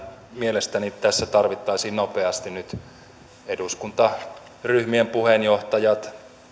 mielestäni tässä tarvittaisiin nopeasti nyt eduskuntaryhmien puheenjohtajat tai